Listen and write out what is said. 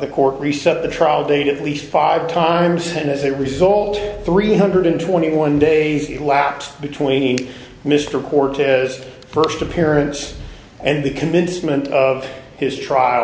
the court reset the trial date at least five times and as a result three hundred twenty one days elapsed between mr cortez first appearance and the commencement of his trial